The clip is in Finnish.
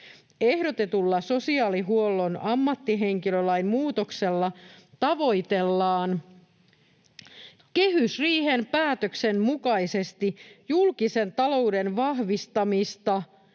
Ehdotetulla sosiaalihuollon ammattihenkilölain muutoksella tavoitellaan kehysriihen päätöksen mukaisesti julkisen talouden vahvistamista